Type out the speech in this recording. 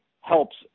helps